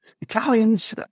Italians